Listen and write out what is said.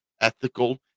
ethical